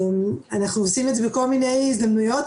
אנחנו עושים את זה בכל מיני הזדמנויות,